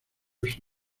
first